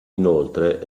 inoltre